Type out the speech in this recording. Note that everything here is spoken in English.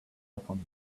happened